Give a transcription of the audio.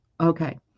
okay